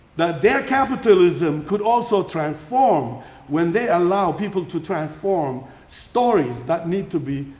that their capitalism could also transform when they allow people to transform stories that need to be